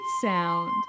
sound